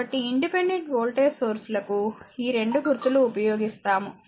కాబట్టిఇండిపెండెంట్ voltage source లకు ఈ 2 గుర్తులు ఉపయోగిస్తాము